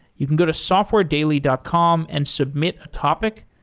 you can go to softwaredaily dot com and submit a topic.